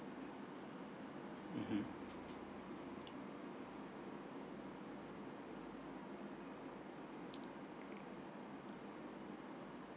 mmhmm